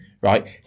right